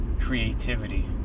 creativity